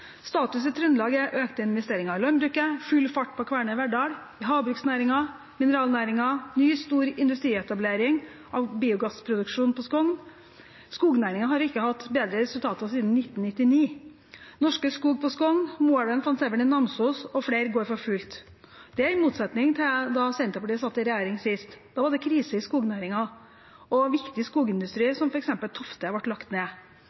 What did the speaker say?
Status i Trøndelag er økte investeringer i landbruket, full fart på Kværner Verdal, i havbruksnæringen og i mineralnæringen samt ny stor industrietablering av biogassproduksjon på Skogn. Skognæringen har ikke hatt bedre resultater siden 1999. Norske Skog på Skogn, Moelven Van Severen i Namsos og flere andre går for fullt. Dette står i motsetning til da Senterpartiet satt i regjering sist. Da var det krise i skognæringen, og viktig skogindustri, som f.eks. Tofte, ble lagt ned.